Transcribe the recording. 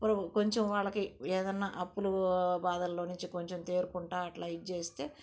కొంచెం వాళ్ళకి ఏదైనా అప్పులు బాధల్లో నుంచి కొంచెం తేరుకుంటూ అట్లా ఇది చేస్తే